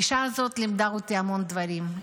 האישה הזאת לימדה אותי המון דברים.